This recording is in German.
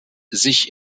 sich